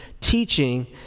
teaching